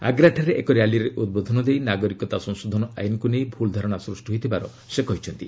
ଆଗ୍ରାଠାରେ ଏକ ର୍ୟାଲିରେ ଉଦ୍ବୋଧନ ଦେଇ ନାଗରିକତା ସଂଶୋଧନ ଆଇନ୍କୁ ନେଇ ଭୁଲ ଧାରଣା ସୃଷ୍ଟି ହୋଇଥିବାର ସେ କହିଛନ୍ତି